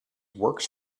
works